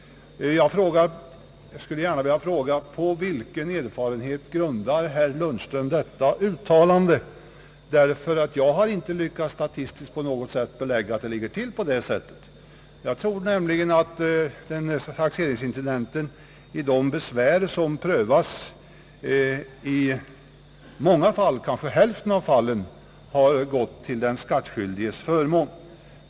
Jag skulle gärna vilja fråga, på vilken erfarenhet herr Lundström grundar detta uttalande, ty jag har inte lyckats statistiskt på något sätt belägga att det ligger till på det sättet. Jag tror nämligen att många av de besvär — kanske hälften av fallen — som taxeringsintendenten prövar har tagits upp till den skatt skyldiges förmån.